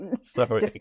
Sorry